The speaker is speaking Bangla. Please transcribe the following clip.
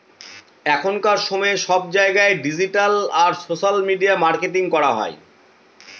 এখনকার সময়ে সব জায়গায় ডিজিটাল আর সোশ্যাল মিডিয়া মার্কেটিং করা হয়